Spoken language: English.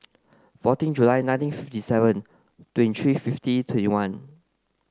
fourteen July nineteen fifty seven twenty three fifty twenty one